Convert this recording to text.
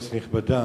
כנסת נכבדה,